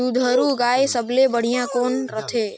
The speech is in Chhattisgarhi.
दुधारू गाय सबले बढ़िया कौन रथे?